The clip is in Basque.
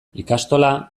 ikastola